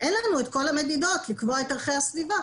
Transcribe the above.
אין לנו את כל המדידות לקבוע את ערכי הסביבה.